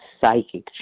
psychic